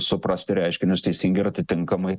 suprasti reiškinius teisingai ir atitinkamai